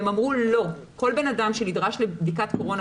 הם אמרו: כל אדם שנדרש לבדיקת קורונה,